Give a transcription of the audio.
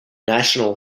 national